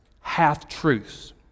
half-truths